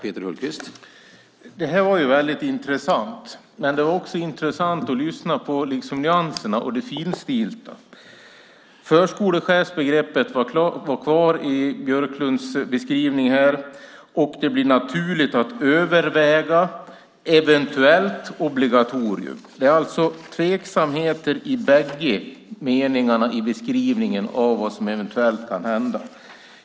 Herr talman! Det här var väldigt intressant, men det var också intressant att lyssna på nyanserna och det finstilta. Förskolechefsbegreppet var kvar i Björklunds beskrivning, och det blir "naturligt att också överväga" ett "eventuellt obligatorium". Det är alltså tveksamheter i bägge meningarna i beskrivningen av vad som eventuellt kan hända.